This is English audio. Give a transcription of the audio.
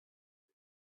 bag